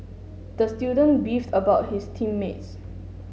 the student beefed about his team mates